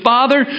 Father